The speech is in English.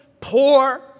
poor